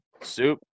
Soup